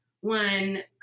one